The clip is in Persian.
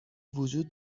وجود